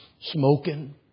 smoking